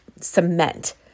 cement